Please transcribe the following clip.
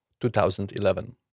2011